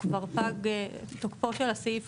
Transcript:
והוא